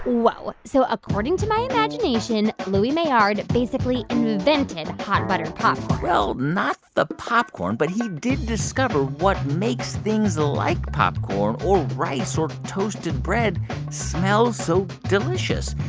whoa. so according to my imagination, louis maillard basically invented hot buttered popcorn? well, not the popcorn, but he did discover what makes things like poporn or rice or toasted bread smell so delicious.